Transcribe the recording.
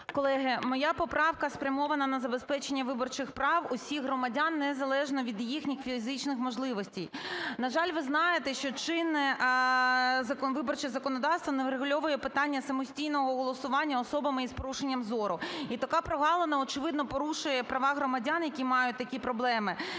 Колеги, моя поправка спрямована на забезпечення виборчих прав усіх громадян, незалежно від їхніх фізичних можливостей. На жаль, ви знаєте, що чинне виборче законодавство не врегульовує питання самостійного голосування особами із порушенням зору. І така прогалина очевидно порушує права громадян, які мають такі проблеми.